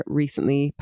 recently